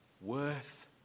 worth